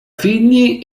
figli